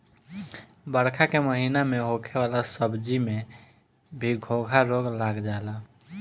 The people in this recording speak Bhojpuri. बरखा के महिना में होखे वाला सब्जी में भी घोघा रोग लाग जाला